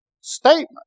statement